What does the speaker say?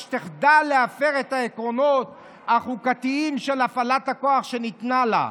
שתחדל להפר את העקרונות החוקתיים של הפעלת הכוח שניתנה לה,